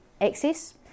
access